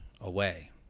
away